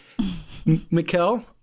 Mikkel